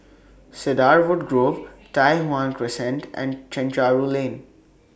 Cedarwood Grove Tai Hwan Crescent and Chencharu Lane